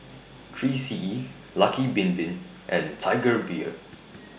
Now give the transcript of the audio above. three C E Lucky Bin Bin and Tiger Beer